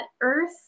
earth